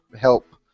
help